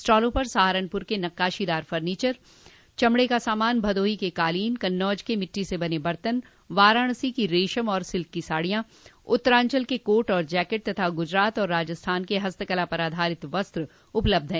स्टालों पर सहारनपुर के नक्काशीदार फर्नीचर चमड़े का सामान भदोही के कालीन कन्नौज के मिटटी से बने बर्तन वाराणसी की रेशम और सिल्क की साड़ियां उत्तरांचल के कोट और जैकेट तथा गूजरात और राजस्थान के हस्तकला पर आधारित वस्त्र उपलबध हैं